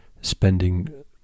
spending